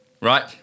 right